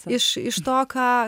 iš iš to ką